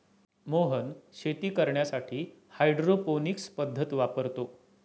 मोहन शेती करण्यासाठी हायड्रोपोनिक्स पद्धत वापरतो